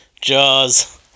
Jaws